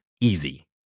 easy